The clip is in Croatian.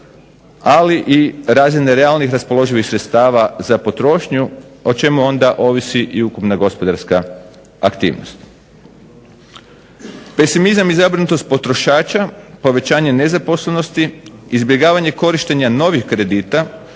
ali i razine realnih raspoloživih sredstava za potrošnju o čemu onda ovisi i ukupna gospodarska aktivnost. Pesimizam i zabrinutost potrošača, povećanje nezaposlenosti, izbjegavanje korištenja novih kredita